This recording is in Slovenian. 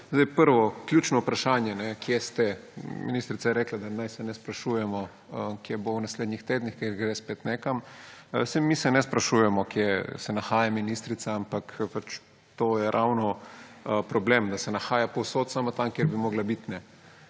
Prvo ključno vprašanje: Kje ste? Ministrica je rekla, da naj se ne sprašujemo, kje bo v naslednjih tednih, ker gre spet nekam. Saj mi se ne sprašujemo, kje se ne nahaja ministrica, ampak to je ravno problem, da se nahaja povsod, samo tam, kjer bi morala biti,